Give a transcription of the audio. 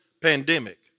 pandemic